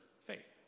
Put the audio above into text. faith